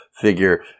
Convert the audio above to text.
figure